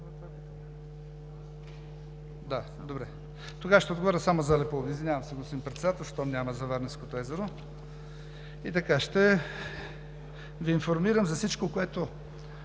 Да, добре, тогава ще отговоря само за Алепу, извинявам се, господин Председател, щом няма за Варненското езеро. Ще Ви информирам за всичко, което